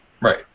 Right